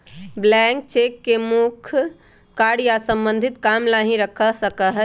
blank cheque के मुख्य कार्य या सम्बन्धित काम ला ही रखा जा सका हई